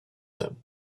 them